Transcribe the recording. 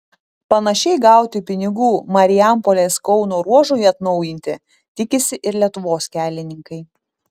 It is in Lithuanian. panašiai gauti pinigų marijampolės kauno ruožui atnaujinti tikisi ir lietuvos kelininkai